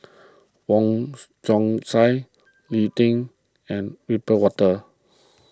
Wong Chong Sai Lee Tjin and Wiebe Wolters